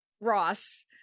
ross